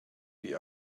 the